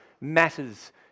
matters